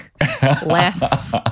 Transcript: Less